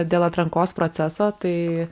dėl atrankos proceso tai